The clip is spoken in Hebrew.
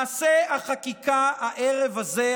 מעשה החקיקה הערב הזה,